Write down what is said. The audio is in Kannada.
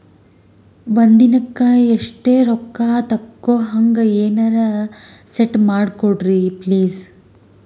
ಒಂದಿನಕ್ಕ ಇಷ್ಟೇ ರೊಕ್ಕ ತಕ್ಕೊಹಂಗ ಎನೆರೆ ಸೆಟ್ ಮಾಡಕೋಡ್ರಿ ಪ್ಲೀಜ್?